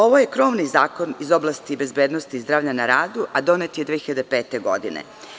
Ovo je krovni zakon iz oblasti bezbednosti zdravlja na radu, a donet je 2005. godine.